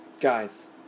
Guys